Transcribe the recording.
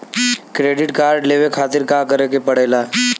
Credit card लेवे खातिर का करे के पड़ेला?